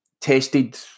tested